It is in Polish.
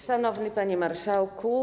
Szanowny Panie Marszałku!